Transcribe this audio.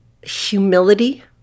humility